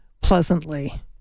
pleasantly